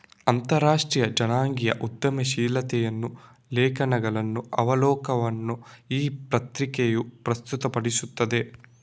ಅಂತರರಾಷ್ಟ್ರೀಯ ಜನಾಂಗೀಯ ಉದ್ಯಮಶೀಲತೆಯ ಲೇಖನಗಳ ಅವಲೋಕನವನ್ನು ಈ ಪತ್ರಿಕೆಯು ಪ್ರಸ್ತುತಪಡಿಸುತ್ತದೆ